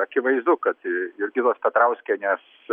akivaizdu kad jurgitos petrauskienės